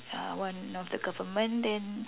uh one of the government then